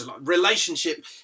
Relationship